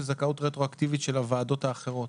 זכאות רטרואקטיבית של הוועדות האחרות.